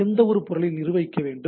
எந்த பொருளை நிர்வகிக்க வேண்டும்